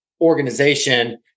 organization